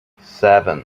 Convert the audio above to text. seven